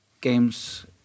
games